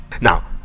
Now